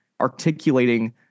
articulating